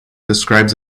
describes